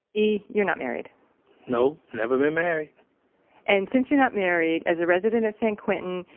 e, you're not married no. never been married and since you're not married, as a resident of san quentin,